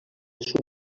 sud